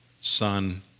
Son